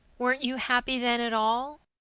weren't you happy then, at all?